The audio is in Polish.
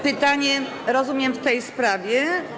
Pytanie, rozumiem, w tej sprawie.